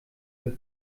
wir